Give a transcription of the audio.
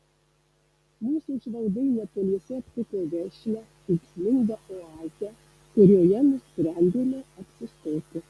mūsų žvalgai netoliese aptiko vešlią ūksmingą oazę kurioje nusprendėme apsistoti